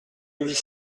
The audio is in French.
huit